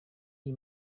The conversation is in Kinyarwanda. iyi